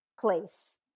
place